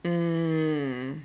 mm